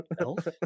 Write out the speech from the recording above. Elf